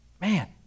man